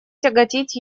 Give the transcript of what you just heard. тяготить